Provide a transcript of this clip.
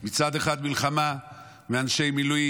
מצד אחד, מלחמה ואנשי מילואים,